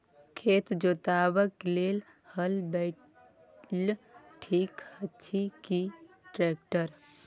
खेत जोतबाक लेल हल बैल ठीक अछि की ट्रैक्टर?